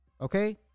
Okay